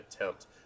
attempt